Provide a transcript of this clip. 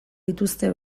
dituzte